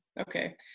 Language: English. Okay